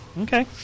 Okay